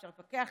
אפשר להתווכח,